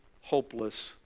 hopeless